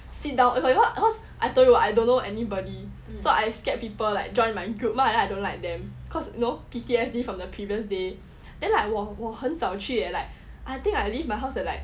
sit down cause I told you I don't know anybody so I scared people like join my group lah then I don't like them cause you know P_T_S_D from the previous day then like 我很早去 at like I think I leave my house at like